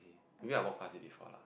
maybe I more pass uni for lah